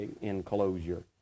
enclosure